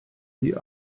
die